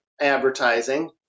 advertising